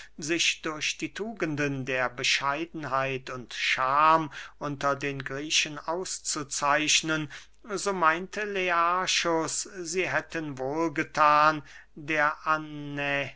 sich durch die tugenden der bescheidenheit und scham unter den griechen auszuzeichnen so meinte learchus sie hätten wohl gethan der